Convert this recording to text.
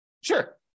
Sure